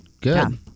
good